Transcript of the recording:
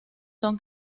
son